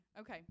Okay